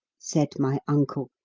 said my uncle,